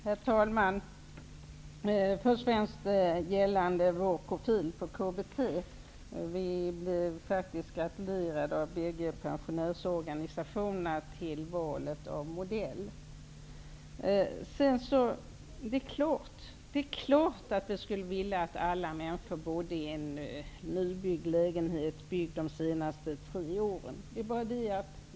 Herr talman! När det gäller vår profil på KBT blev vi faktiskt gratulerade av bägge pensionärsorganisationerna till valet av modell. Det är klart att vi skulle vilja att alla människor bodde i en lägenhet byggd de senaste tre åren.